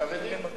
החרדים.